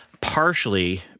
partially